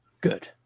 Good